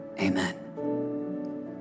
Amen